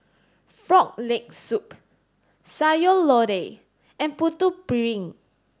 frog leg soup Sayur Lodeh and Putu Piring